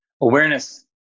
awareness